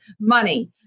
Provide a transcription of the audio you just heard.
money